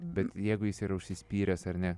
bet jeigu jis ir užsispyręs ar ne